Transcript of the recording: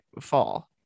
fall